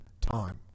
time